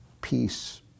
Peace